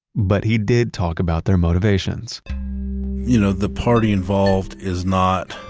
but he did talk about their motivations you know, the party involved is not